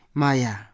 maya